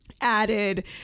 added